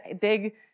big